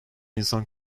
insan